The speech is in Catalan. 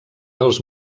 els